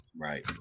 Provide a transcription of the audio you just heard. right